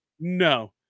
No